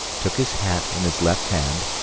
took his hat in his left hand,